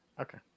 Okay